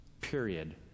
period